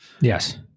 Yes